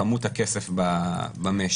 כמות הכסף במשק.